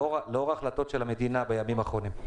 לאור ההחלטות של המדינה בימים האחרונים.